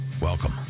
Welcome